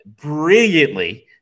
brilliantly